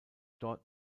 dort